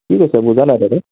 কি কৈছে বুজা নাই দাদা